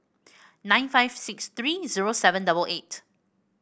nine five six three zero seven double eight